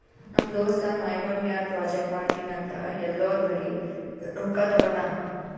ನಮ್ ದೋಸ್ತ ನಾಯ್ಗೊಳ್ ಮ್ಯಾಲ ಪ್ರಾಜೆಕ್ಟ್ ಮಾಡ್ತೀನಿ ಅಂತ್ ಎಲ್ಲೋರ್ ಬಲ್ಲಿ ರೊಕ್ಕಾ ತಗೊಂಡಾನ್